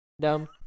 dumb